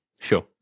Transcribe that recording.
sure